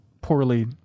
poorly